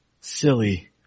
silly